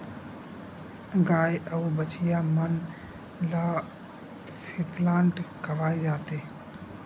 गाय अउ बछिया मन ल फीप्लांट खवाए जाथे